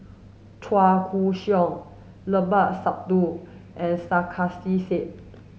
Chua Koon Siong Limat Sabtu and Sarkasi Said